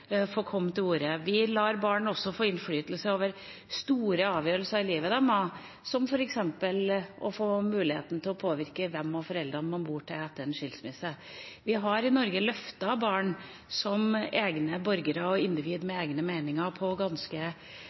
å la barns mening få komme fram. Vi lar barn få ha innflytelse på store avgjørelser i livet sitt, som f.eks. å ha mulighet til å påvirke hvem av foreldrene man skal bo hos etter en skilsmisse. Vi har i Norge løftet barnet opp til å være borger og individ med egne meninger på en ganske